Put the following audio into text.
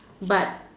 but